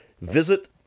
visit